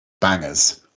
bangers